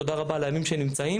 תודה רבה על הימים שנמצאים,